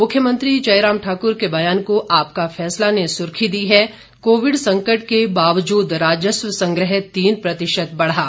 मुख्यमंत्री जयराम ठाकुर के बयान को आपका फैसला ने सुर्खी दी है कोविड संकट के बावजूद राजस्व संग्रह तीन प्रतिशत बढ़ा